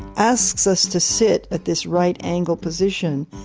asks us to sit at this right angle position,